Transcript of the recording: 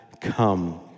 come